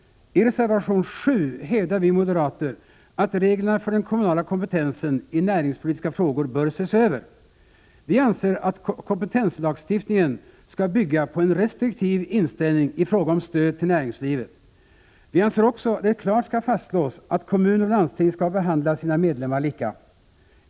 I reservation 7 hävdar vi moderater att reglerna för den kommunala kompetensen i näringspolitiska frågor bör ses över. Vi anser att kompetenslagstiftningen skall bygga på en restriktiv inställning i fråga om stöd till näringslivet. Vi anser också att det klart skall fastslås att kommuner och landsting skall behandla sina medlemmar lika.